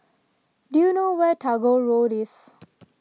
do you know where is Tagore Road